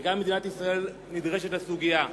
וגם מדינת ישראל נדרשת לסוגיה.